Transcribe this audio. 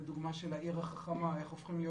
לדוגמה במסגרת של העיר החכמה איך הופכים להיות